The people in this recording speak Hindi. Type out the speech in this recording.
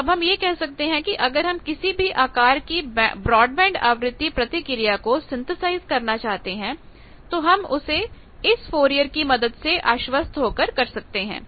तो अब हम यह कह सकते हैं कि अगर हम किसी भी आकार की ब्रॉडबैंड आवृत्ति प्रतिक्रिया को सिंथेसाइज करना चाहते हैं तो हम उसे इस फोरिअर की मदद से आश्वस्त होकर कर सकते हैं